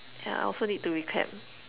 yeah I also need to recap